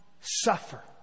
suffer